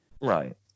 right